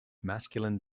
masculine